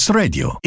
radio